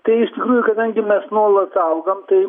tai iš tikrųjų kadangi mes nuolat augam tai